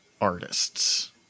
artists